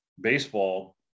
baseball